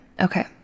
Okay